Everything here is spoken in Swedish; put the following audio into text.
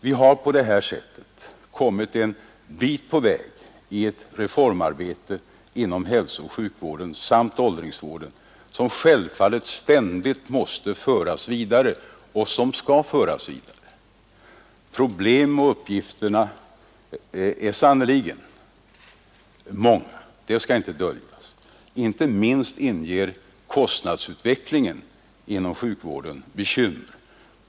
Vi har på detta sätt kommit en bit på väg i ett reformarbete inom hälsooch sjukvården samt åldringsvården som givetvis ständigt måste föras vidare. Problemen och uppgifterna är sannerligen många — det skall inte döljas. Inte minst inger kostnadsutvecklingen inom sjukvården bekymmer.